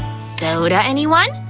soda, anyone?